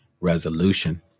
resolution